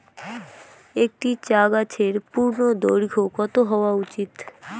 একটি চা গাছের পূর্ণদৈর্ঘ্য কত হওয়া উচিৎ?